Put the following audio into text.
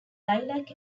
lilac